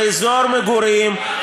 באזור מגורים,